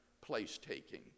place-taking